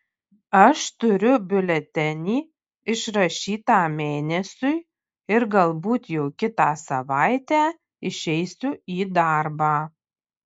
aš turiu biuletenį išrašytą mėnesiui ir galbūt jau kitą savaitę išeisiu į darbą